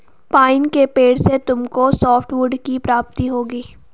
pine के पेड़ से तुमको सॉफ्टवुड की प्राप्ति होगी